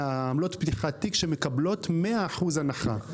מעמלות פתיחת תיק שמקבלות מאה אחוז הנחה,